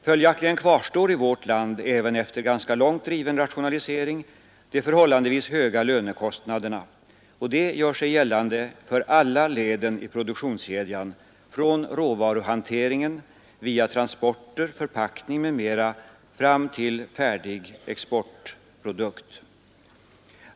Följaktligen kvarstår i vårt land även efter ganska långt driven rationalisering de förhållandevis höga lönekostnaderna — och de gör sig gällande i alla led i produktionskedjan — från råvaruhanteringen via transporter, förpackning m.m. fram till färdig exportprodukt.